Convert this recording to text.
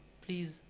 Please